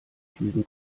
diesen